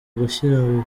gushyira